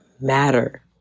matter